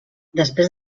després